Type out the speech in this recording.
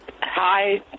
Hi